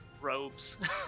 robes